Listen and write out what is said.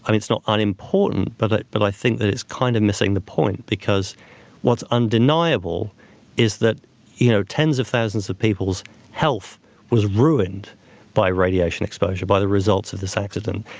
um it's not unimportant but but i think that it's kind of missing the point because what's undeniable is that you know tens of thousands of people's health was ruined by radiation exposure. by the results of this accident.